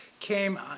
came